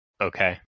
Okay